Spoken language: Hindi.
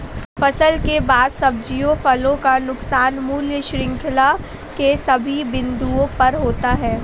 फसल के बाद सब्जियों फलों का नुकसान मूल्य श्रृंखला के सभी बिंदुओं पर होता है